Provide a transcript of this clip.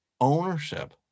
ownership